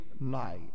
night